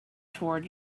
toward